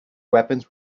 weapons